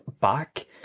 back